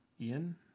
Ian